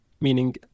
meaning